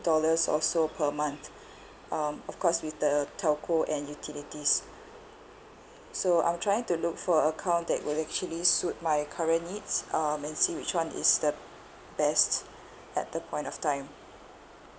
dollars or so per month um of course with the telco and utilities so I'm trying to look for a account that will actually suit my current needs um and see which one is the best at the point of time